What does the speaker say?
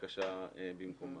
שהבקשה במקומה.